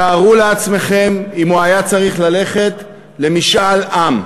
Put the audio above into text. תארו לעצמכם אם הוא היה צריך ללכת למשאל עם.